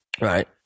right